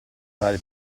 farne